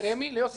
ליוסי סגל,